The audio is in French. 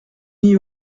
n’y